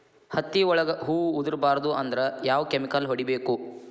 ಹತ್ತಿ ಒಳಗ ಹೂವು ಉದುರ್ ಬಾರದು ಅಂದ್ರ ಯಾವ ಕೆಮಿಕಲ್ ಹೊಡಿಬೇಕು?